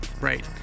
right